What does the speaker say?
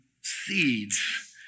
seeds